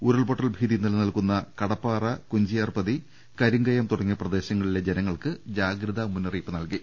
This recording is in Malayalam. ഉരുൾപൊട്ടൽ ഭീതി നിലനിൽക്കുന്ന കടപ്പാറ കുഞ്ചിയാർപതി കരിങ്കയം തുടങ്ങിയ പ്രദേശങ്ങളിലെ ജനങ്ങൾക്ക് ജാഗ്രതാ മുന്നറിയിപ്പ് നൽകി